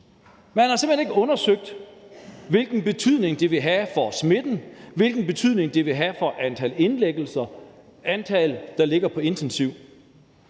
Man har simpelt hen ikke undersøgt, hvilken betydning det vil have for smitten, hvilken betydning det vil have for antal indlæggelser, for antal, der ligger på intensiv.